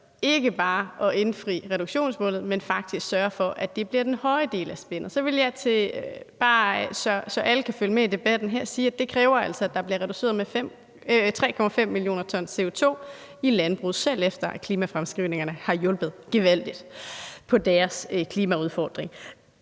ikke bare at indfri reduktionsmålet, med faktisk at sørge for, at det bliver den høje del af spændet. Så vil jeg bare sige, så alle kan følge med i debatten her, at det altså kræver, at der bliver reduceret med 3,5 mio. t CO2 i landbruget, selv efter at klimafremskrivningerne har hjulpet gevaldigt på deres klimaudfordring.